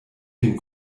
dem